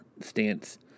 stance